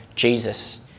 Jesus